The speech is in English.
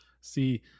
See